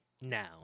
now